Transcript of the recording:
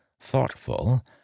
thoughtful